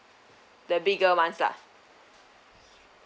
the bigger ones lah